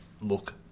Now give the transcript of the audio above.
look